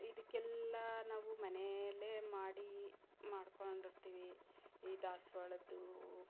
ಇದಕ್ಕೆಲ್ಲ ನಾವು ಮನೆಯಲ್ಲೆ ಮಾಡಿ ಮಾಡಿಕೊಂಡಿರ್ತಿವಿ ಈ ದಾಸವಾಳದ್ದು